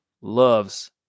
loves